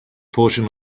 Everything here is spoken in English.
portion